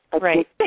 Right